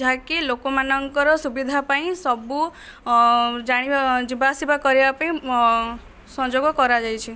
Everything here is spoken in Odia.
ଯାହାକି ଲୋକମାନଙ୍କର ସୁବିଧା ପାଇଁ ସବୁ ଜାଣିବା ଯିବାଆସିବା କରିବା ପାଇଁ ସଂଯୋଗ କରାଯାଇଛି